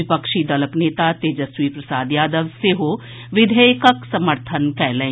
विपक्षी दलक नेता तेजस्वी प्रसाद यादव सेहो विधेयकक समर्थन कयलनि